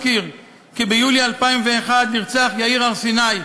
אזכיר כי ביולי 2001 נרצח יאיר הר סיני,